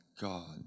God